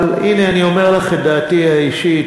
אבל הנה אני אומר לך את דעתי האישית,